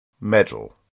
medal